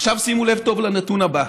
עכשיו, שימו לב טוב לנתון הבא: